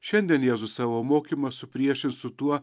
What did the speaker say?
šiandien jėzus savo mokymą supriešins su tuo